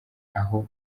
aho